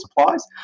supplies